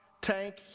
tank